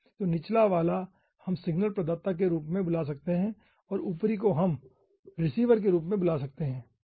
तो निचला वाला हम सिग्नल प्रदाता के रूप में बुला सकते हैं और ऊपरी को हम रिसीवर के रूप में बुला सकते हैं